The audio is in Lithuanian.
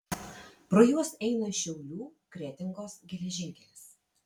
pro juos eina šiaulių kretingos geležinkelis